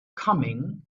coming